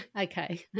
okay